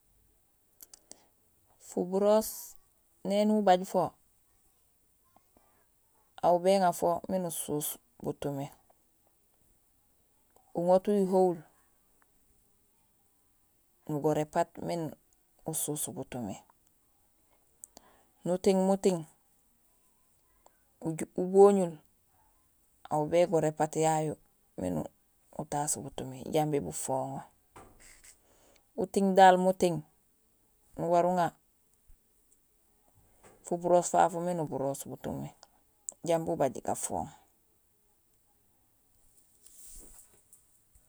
Fuburoos éni ubaaj fo, aw béŋa fo miin usus butumi. Uŋoot uyuhohul, nugoor épaat miin usus butumi, nuting muting uboñul, aw bégoor épaat yayu miin utaas butumi jambi bufoŋo. Uting daal muting, nuwar uŋa fuburoos fafu miin uburoos butumi jambi bubaaj gafooŋ